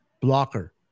blocker